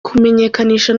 kumenyekanisha